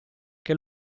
che